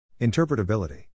Interpretability